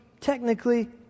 technically